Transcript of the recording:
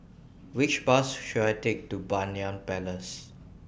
Which Bus should I Take to Banyan Place